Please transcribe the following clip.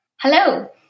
Hello